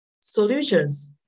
solutions